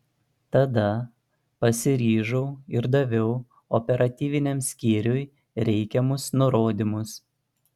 tada pasiryžau ir daviau operatyviniam skyriui reikiamus nurodymus